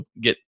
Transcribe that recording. get